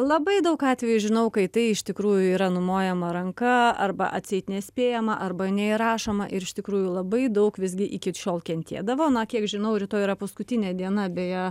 labai daug atvejų žinau kai į tai iš tikrųjų yra numojama ranka arba atseit nespėjama arba neįrašoma ir iš tikrųjų labai daug visgi iki šiol kentėdavo na kiek žinau rytoj yra paskutinė diena beje